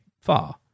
far